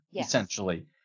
essentially